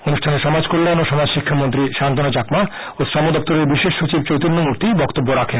অনুষ্ঠানে সমাজ কল্যাণ ও সমাজ শিক্ষা মন্ত্রী সান্ত্বনা চাকমা ও শ্রমদপ্তরে বিশেষ সচিব চৈতন্য মূর্তি বক্তব্য রাখেন